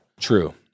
true